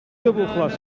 dubbelglas